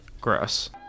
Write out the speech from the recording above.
Gross